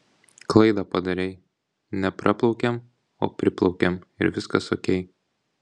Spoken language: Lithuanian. klaidą padarei ne praplaukiam o priplaukiam ir viskas okei